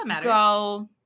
go